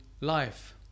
life